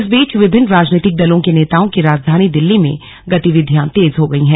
इस बीच विभिन्न राजनीतिक दलों के नेताओं की राजधानी दिल्ली में गतिविधियां तेज हो गई हैं